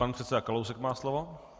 Pan předseda Kalousek má slovo.